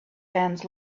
ants